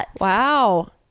Wow